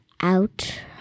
out